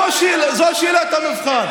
זו שאלת המבחן.